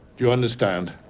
you understand?